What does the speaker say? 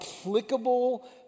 applicable